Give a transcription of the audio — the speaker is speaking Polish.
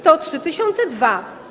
to 3002.